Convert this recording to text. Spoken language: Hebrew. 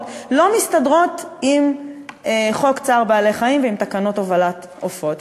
לא מסתדרת עם חוק צער בעלי-חיים ועם תקנות הובלת עופות.